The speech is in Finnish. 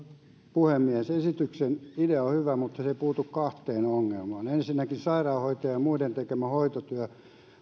puhemies esityksen idea on hyvä mutta se ei puutu kahteen ongelmaan ensinnäkin sairaanhoitajan ja muiden tekemä hoitotyö